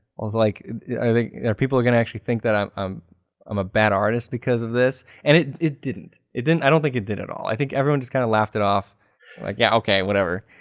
was like i think people are going to actually think that i'm um um a bad artist because of this. and it it didn't. it didn't. i don't think it did at all. i think everyone just kind of laughed it off like, yeah, okay whatever.